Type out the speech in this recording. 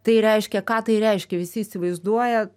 tai reiškia ką tai reiškia visi įsivaizduoja